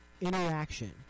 interaction